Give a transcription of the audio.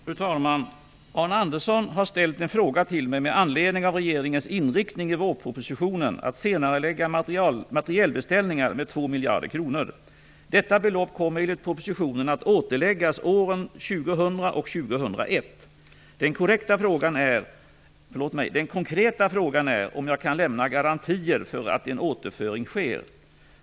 Fru talman! Arne Andersson har ställt en fråga till mig med anledning av regeringens inriktning i vårpropositionen att senarelägga materielbeställningar med 2 miljarder kronor. Detta belopp kommer enligt propositionen att återläggas åren 2000 och 2001. Den konkreta frågan är om jag kan lämna garantier för att en återföring sker.